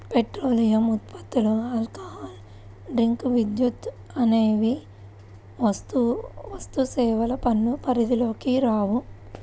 petroleum ఉత్పత్తులు, alcohol drinks, విద్యుత్ అనేవి వస్తుసేవల పన్ను పరిధిలోకి రావు